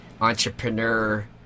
entrepreneur